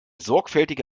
sorgfältige